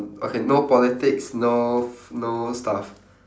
okay no politics no f~ no stuff